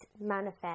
manifest